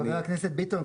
ח"כ ביטון,